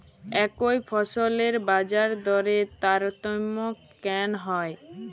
একই ফসলের বাজারদরে তারতম্য কেন হয়?